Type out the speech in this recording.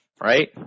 Right